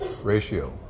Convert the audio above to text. ratio